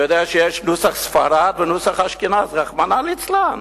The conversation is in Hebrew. אתה יודע שיש נוסח ספרד ונוסח אשכנז, רחמנא ליצלן.